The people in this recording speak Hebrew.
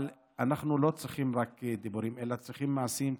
אבל אנחנו לא צריכים דיבורים אלא צריכים מעשים,